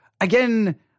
Again